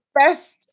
best